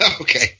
Okay